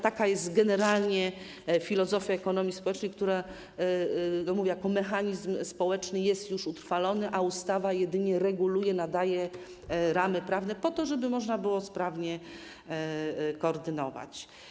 Taka jest generalnie filozofia ekonomii społecznej, która to ekonomia, jak mówię, jako mechanizm społeczny jest już utrwalona, a ustawa jedynie to reguluje, nadaje ramy prawne po to, żeby można było sprawnie to koordynować.